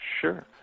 Sure